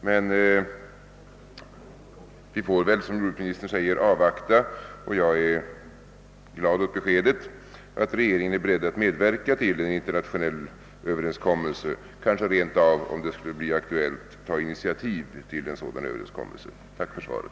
Emellertid får vi väl, som jordbruksministern säger, avvakta. Jag är glad åt beskedet alt regeringen är beredd att medverka till en internationell överenskommelse och kanske rent av, om det skulle bli aktuellt, att ta initiativ till en sådan överenskommelse. Tack för svaret!